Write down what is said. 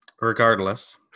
Regardless